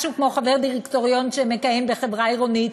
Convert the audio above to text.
משהו כמו חבר דירקטוריון שמכהן בחברה עירונית,